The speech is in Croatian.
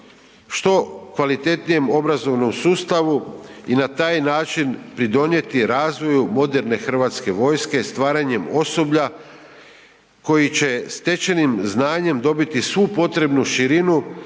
što kvalitetnijem obrazovnom sustavu i na taj način pridonijeti razvoju moderne Hrvatske vojske stvaranjem osoblja koji će stečenim znanjem dobiti svu potrebnu širinu